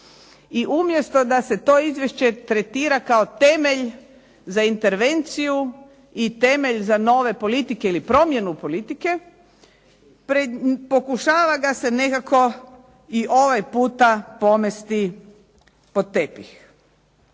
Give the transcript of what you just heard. umjesto da se to izvješće tretira kao temelj za intervenciju i temelj za nove politike ili promjenu politike pokušava ga se nekako i ovaj puta pomesti pod tepih.